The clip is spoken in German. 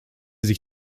sich